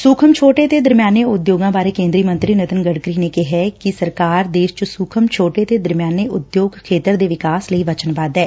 ਸੁਖਮ ਛੋਟੇ ਤੇ ਦਰਮਿਆਨੇ ਉਦਯੋਗ ਬਾਰੇ ਕੇਦਰੀ ਮੰਤਰੀ ਨਿਤਿਨ ਗਡਕਰੀ ਨੇ ਕਿਹੈ ਕਿ ਸਰਕਾਰ ਦੇਸ਼ ਚ ਸੁਖ਼ਮ ਛੋਟੇ ਤੇ ਦਰਮਿਆਨੇ ਉਦਯੋਗ ਖੇਤਰ ਦੇ ਵਿਕਾਸ ਲਈ ਵਚਨਬੱਧ ਐ